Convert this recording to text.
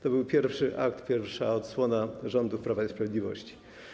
To był pierwszy akt, pierwsza odsłona rządów Prawa i Sprawiedliwości.